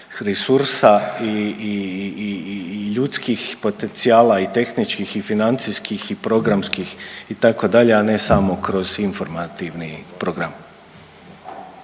resursa i ljudskih potencijala i tehničkih i financijskih i programskih, itd., a ne samo kroz informativni program.